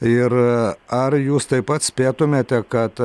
ir ar jūs taip pat spėtumėte kad